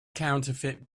counterfeit